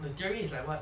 the theory is like what